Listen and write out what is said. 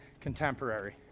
contemporary